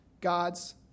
God's